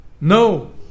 No